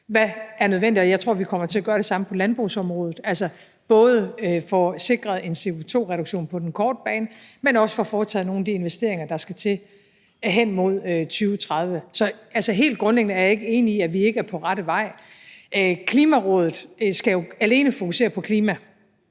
der er nødvendigt. Jeg tror, at vi kommer til at gøre det samme på landbrugsområdet – både for at sikre en CO2-reduktion på den korte bane, men også for at få foretaget nogle af de investeringer, der skal til, hen imod 2030. Altså, helt grundlæggende er jeg ikke enig i, at vi ikke er på rette vej. Klimarådet skal jo alene fokusere på klima.